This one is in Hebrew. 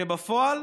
כאשר בפועל,